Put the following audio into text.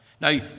Now